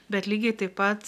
bet lygiai taip pat